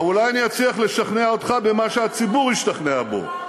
אולי אצליח לשכנע אותך במה שהציבור השתכנע בו.